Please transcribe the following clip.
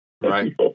Right